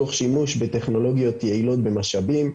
תוך שימוש בטכנולוגיות יעילות במשאבים,